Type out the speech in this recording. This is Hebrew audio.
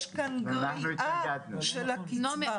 יש כאן גריעה של הקצבה.